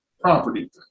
property